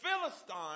Philistine